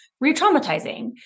re-traumatizing